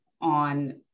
on